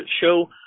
show